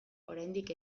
oraindik